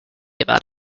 about